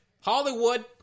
Hollywood